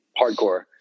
hardcore